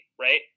Right